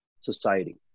society